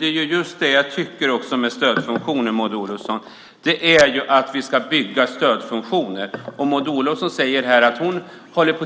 Herr talman! Vi ska bygga stödfunktioner. Maud Olofsson säger att hon